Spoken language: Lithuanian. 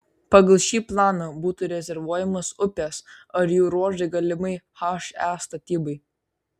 pagal šį planą būtų rezervuojamos upės ar jų ruožai galimai he statybai